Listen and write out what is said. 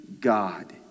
God